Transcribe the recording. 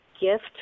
gift